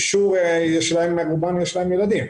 לרובן יש ילדים,